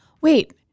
Wait